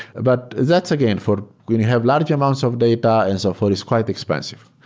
but that's again for when you have large amounts of data and so forth, it's quite expensive.